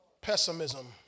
pessimism